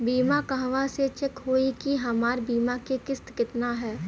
बीमा कहवा से चेक होयी की हमार बीमा के किस्त केतना ह?